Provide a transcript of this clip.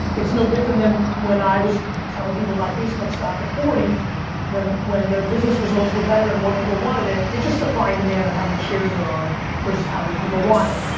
it's no different than when i was telling people to buy facebook stock at forty when when their business results were better and more people wanted it, it's just supply and demand of how many shares there are versus how many people want it.